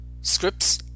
Scripts